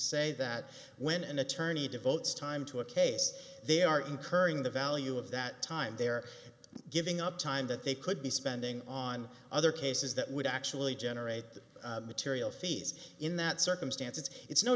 say that when an attorney devotes time to a case they are incurring the value of that time they're giving up time that they could be spending on other cases that would actually generate material fees in that circumstance it's it's no